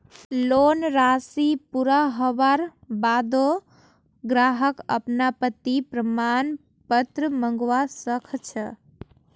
loan राशि पूरा हबार बा द ग्राहक अनापत्ति प्रमाण पत्र मंगवा स ख छ